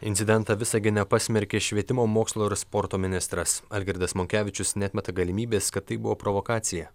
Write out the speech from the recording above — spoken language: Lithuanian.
incidentą visagine pasmerkė švietimo mokslo ir sporto ministras algirdas monkevičius neatmeta galimybės kad tai buvo provokacija